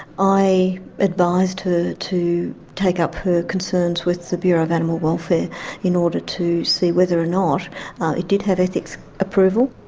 i advised her to take up her concerns with the bureau of animal welfare in order to see whether or not it did have ethics approval.